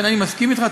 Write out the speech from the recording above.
אני מסכים אתך,